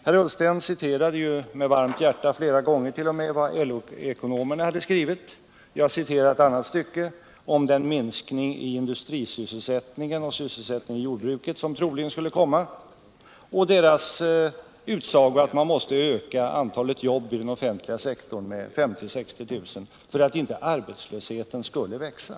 Ola Ullsten citerade med varmt hjärta, flera gånger t.o.m., vad LO-ekonomerna hade skrivit. Jag citerade ett annat stycke om den minskning i industrisysselsättningen och sysselsättningen i jordbruket som troligen skulle komma och LO ekonomernas utsago att man måste öka antalet jobb i den offentliga sektorn med 50 000-60 000 för att inte arbetslösheten skulle växa.